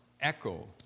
echo